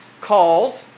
called